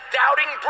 doubting